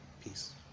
Peace